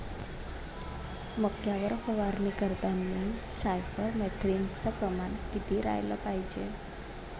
मक्यावर फवारनी करतांनी सायफर मेथ्रीनचं प्रमान किती रायलं पायजे?